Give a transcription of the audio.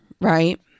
Right